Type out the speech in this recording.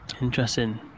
Interesting